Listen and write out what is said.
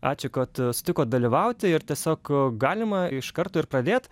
ačiū kad sutikot dalyvauti ir tiesiog galima iš karto ir pradėt